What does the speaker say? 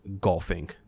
golfing